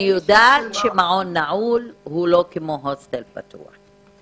אני יודעת שמעון נעול הוא לא כמו הוסטל פתוח.